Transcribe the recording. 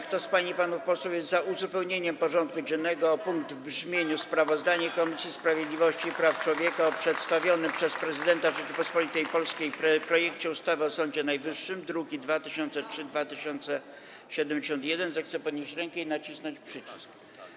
Kto z pań i panów posłów jest za uzupełnieniem porządku dziennego o punkt w brzmieniu: Sprawozdanie Komisji Sprawiedliwości i Praw Człowieka o przedstawionym przez Prezydenta Rzeczypospolitej Polskiej projekcie ustawy o Sądzie Najwyższym, druki nr 2003 i 2071, zechce podnieść rękę i nacisnąć przycisk.